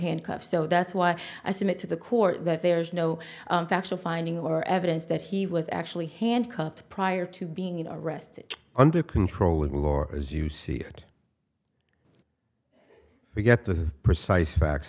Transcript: handcuffs so that's what i submit to the court that there's no factual finding or evidence that he was actually handcuffed prior to being arrested under control of or as you see it we get the precise facts